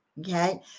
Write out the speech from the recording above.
Okay